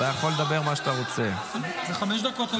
אתה יכול לדבר חמש דקות, גלעד.